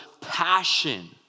passion